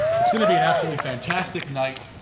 it's going to be an absolutely fantastic night.